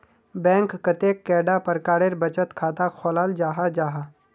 Bank कतेक कैडा प्रकारेर बचत खाता खोलाल जाहा जाहा?